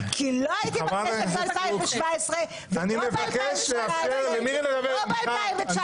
כי לא הייתי בכנסת ב-2017 ולא ב-2018 ולא ב-2019,